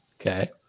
okay